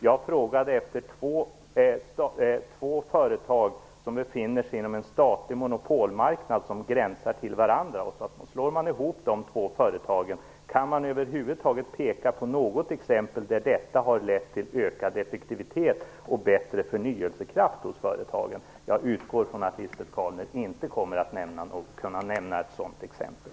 Jag frågade efter en sammanslagning av två företag som befinner sig inom statliga monopolmarknader som gränsar till varandra. Kan man över huvud taget peka på något exempel där detta har lett till ökad effektivitet och bättre förnyelsekraft hos företagen? Jag utgår från att Lisbet Calner inte kommer att kunna nämna något sådant exempel.